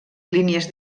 línies